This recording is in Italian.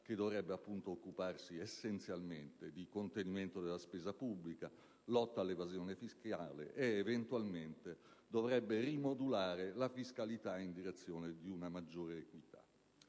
che dovrebbe occuparsi essenzialmente di contenimento della spesa pubblica, lotta all'evasione fiscale e che eventualmente dovrebbe rimodulare la fiscalità in direzione di una maggiore equità?